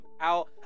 out